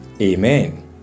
Amen